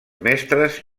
mestres